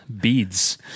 beads